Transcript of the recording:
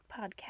podcast